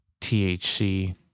THC